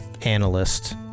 analyst